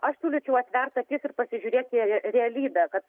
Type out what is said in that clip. aš siūlyčiau atvert akis ir pasižiūrėt į realybę kad